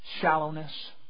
shallowness